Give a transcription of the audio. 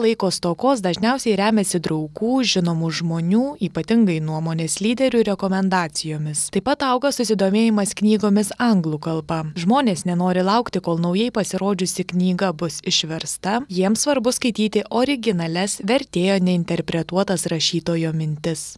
laiko stokos dažniausiai remiasi draugų žinomų žmonių ypatingai nuomonės lyderių rekomendacijomis taip pat auga susidomėjimas knygomis anglų kalba žmonės nenori laukti kol naujai pasirodžiusi knyga bus išversta jiems svarbu skaityti originalias vertėjo neinterpretuotas rašytojo mintis